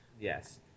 Yes